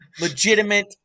legitimate